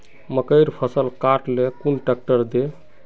मकईर फसल काट ले कुन ट्रेक्टर दे?